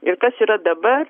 ir kas yra dabar